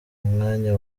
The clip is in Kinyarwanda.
umwanya